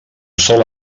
sol